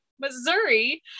Missouri